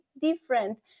different